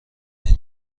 این